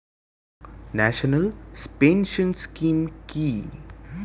National pension scheme কি?